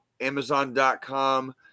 Amazon.com